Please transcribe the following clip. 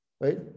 right